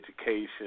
education